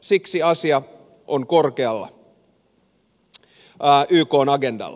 siksi asia on korkealla ykn agendalla